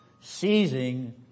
seizing